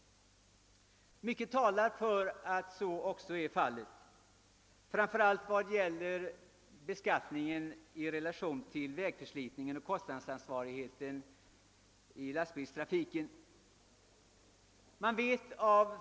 Mycket talar för att så är fallet, framför allt om beskattningen sättes i relation till vägförslitningen och kostnadsansvarigheten i lastbilstrafiken.